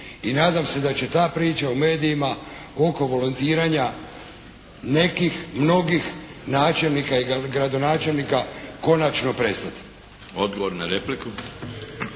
I nadam se da će ta priča u medijima oko volontiranja nekih, mnogih načelnika i gradonačelnika konačno prestati. **Milinović,